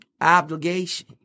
obligation